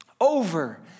over